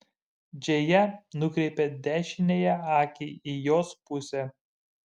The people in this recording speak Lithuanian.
džėja nukreipė dešiniąją akį į jos pusę